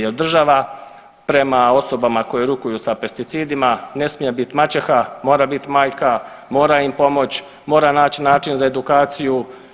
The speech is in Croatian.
Jer država prema osobama koje rukuju sa pesticidima ne smije biti maćeha, mora bit majka, mora im pomoći, mora naći način za edukaciju.